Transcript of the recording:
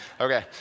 Okay